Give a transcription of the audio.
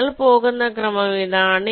നിങ്ങൾ പോകുന്ന ക്രമം ഇതാണ്